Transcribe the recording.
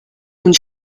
und